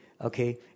okay